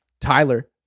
Tyler